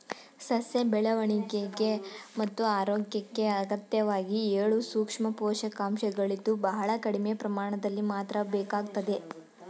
ಸಸ್ಯ ಬೆಳವಣಿಗೆ ಮತ್ತು ಆರೋಗ್ಯಕ್ಕೆ ಅತ್ಯಗತ್ಯವಾಗಿ ಏಳು ಸೂಕ್ಷ್ಮ ಪೋಷಕಾಂಶಗಳಿದ್ದು ಬಹಳ ಕಡಿಮೆ ಪ್ರಮಾಣದಲ್ಲಿ ಮಾತ್ರ ಬೇಕಾಗ್ತದೆ